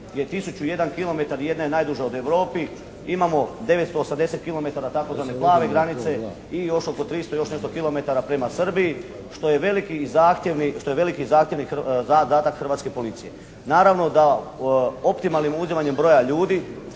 je tisuću i jedan kilometar i jedna je od najdužih u Europi. Imamo 980 kilometara tzv. male granice i još oko tristo i nešto kilometara prema Srbiji, što je veliki i zahtjevni zadatak Hrvatske policije. Naravno, da optimalnim uzimanjem broja ljudi